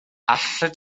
allet